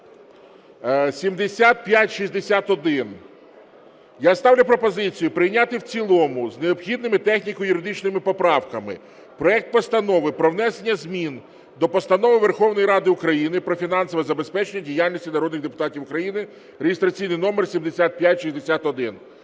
7561. Я ставлю пропозицію прийняти в цілому з необхідними техніко-юридичними поправками проект Постанови про внесення змін до Постанови Верховної Ради України "Про фінансове забезпечення діяльності народних депутатів України" (реєстраційний номер 7561).